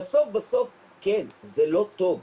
בסוף, כן, זה לא טוב.